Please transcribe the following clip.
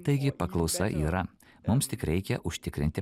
taigi paklausa yra mums tik reikia užtikrinti